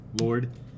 Lord